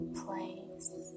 place